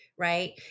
Right